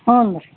ಹ್ಞೂ ರೀ